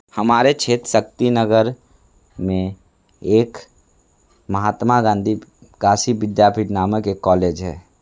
हमारे क्षेत्र शक्तिनगर में एक महात्मा गांधी काशी विद्यापीठ नामक एक कॉलेज है